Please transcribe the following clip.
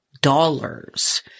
dollars